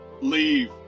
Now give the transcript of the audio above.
Leave